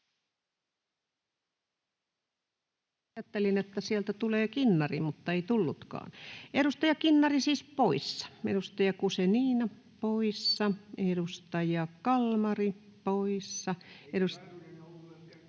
Ajattelin, että sieltä tulee Kinnari, mutta ei tullutkaan. — Edustaja Kinnari siis poissa. Edustaja Guzenina, poissa. Edustaja Kalmari, poissa. [Aki Lindén: Eikä